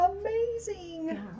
amazing